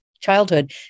childhood